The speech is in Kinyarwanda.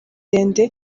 yambaye